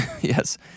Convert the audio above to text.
Yes